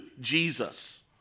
Jesus